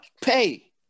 pay